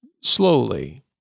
slowly